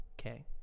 okay